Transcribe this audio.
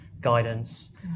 guidance